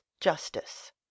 justice